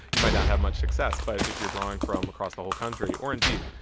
you might not have much access. but if you're drawing from across the whole country or, indeed,